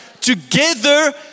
Together